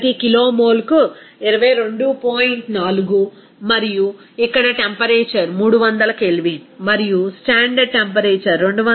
4 మరియు ఇక్కడ temperature 300 K మరియు స్టాండర్డ్ టెంపరేచర్ 273